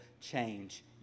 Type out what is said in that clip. change